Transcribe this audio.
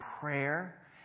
prayer